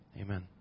Amen